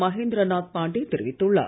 மஹேந்திர நாத் பாண்டே தெரிவித்துள்ளார்